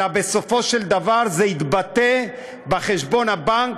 אלא בסופו של דבר זה יתבטא בחשבון הבנק,